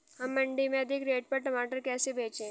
हम मंडी में अधिक रेट पर टमाटर कैसे बेचें?